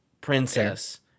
princess